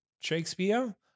Shakespeare